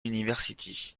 university